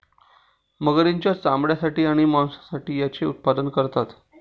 मगरींच्या चामड्यासाठी आणि मांसासाठी याचे उत्पादन करतात